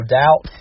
doubt